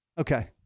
Okay